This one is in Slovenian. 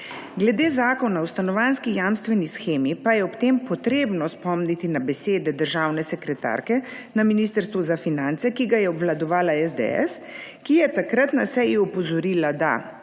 Glede Zakona o stanovanjski jamstveni shemi pa je ob tem treba spomniti na besede državne sekretarke na Ministrstvu za finance, ki ga je obvladovala SDS, ki je takrat na seji opozorila,